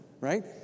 right